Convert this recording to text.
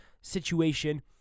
situation